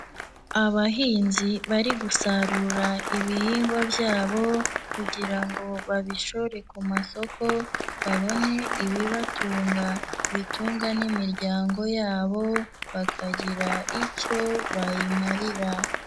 Abahinzi bari gusarura ibihingwa byabo, kugira ngo babishore ku masoko, babone ibibatunga, bitunga n'imiryango yabo, bakagira icyo bayimarira.